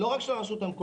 לא רק של הרשות המקומית.